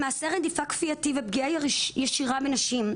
הם מעשה רדיפה כפייתי ופגיעה ישירה בנשים.